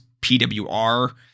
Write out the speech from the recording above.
PWR